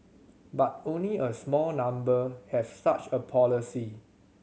but only a small number have such a policy